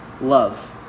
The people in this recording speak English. love